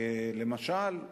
למשל,